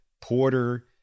Porter